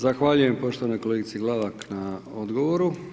Zahvaljujem poštovanoj kolegi Glavak, na odgovoru.